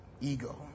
ego